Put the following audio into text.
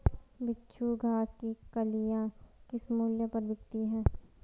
बिच्छू घास की कलियां किस मूल्य पर बिकती हैं?